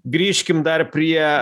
grįžkime dar prie